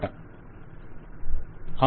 client అవును